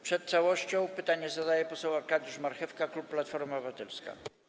Przed całością pytanie zadaje poseł Arkadiusz Marchewka, klub Platforma Obywatelska.